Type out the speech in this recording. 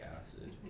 acid